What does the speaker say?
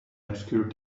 obscure